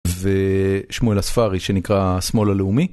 ושמואל אספרי שנקרא השמאל הלאומי.